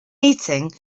eating